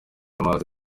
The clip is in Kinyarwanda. amazi